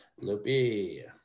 Loopy